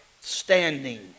standing